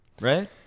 Right